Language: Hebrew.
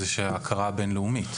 אלא ההכרה הבין-לאומית.